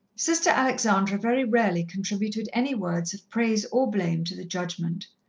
sister alexandra very rarely contributed any words of praise or blame to the judgment.